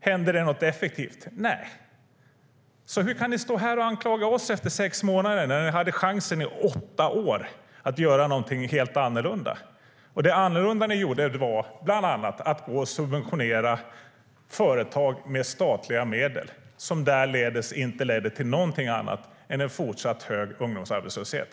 Hände det något effektivt? Nej. Hur kan ni stå här och anklaga oss efter sex månader när ni hade chansen i åtta år att göra något helt annorlunda? Det annorlunda ni gjorde var bland annat att subventionera företag med statliga medel. Det ledde inte till något annat än en fortsatt hög ungdomsarbetslöshet.